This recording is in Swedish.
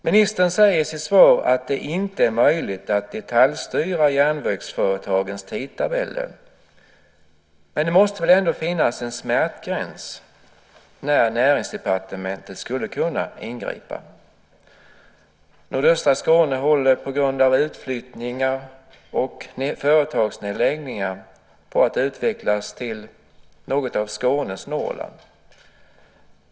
Ministern säger i sitt svar att det inte är möjligt att detaljstyra järnvägsföretagens tidtabeller. Men det måste väl ändå finnas en smärtgräns där Näringsdepartementet skulle kunna ingripa? Nordöstra Skåne håller, på grund av utflyttningar och företagsnedläggningar, på att utvecklas till något av Skånes Norrland.